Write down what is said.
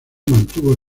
mantuvo